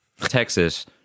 Texas